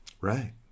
right